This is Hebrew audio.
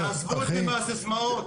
תעזבו אותי מהסיסמאות,